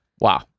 Wow